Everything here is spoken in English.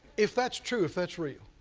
if that's true, if that's real,